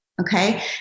okay